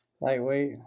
Lightweight